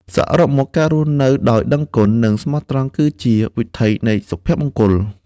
សរុបមក ការរស់នៅដោយដឹងគុណ និងស្មោះត្រង់ គឺជាវិថីនៃសុភមង្គល។